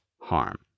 harm